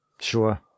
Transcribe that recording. Sure